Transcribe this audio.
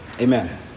amen